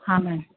હા મૅમ